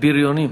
הבריונים.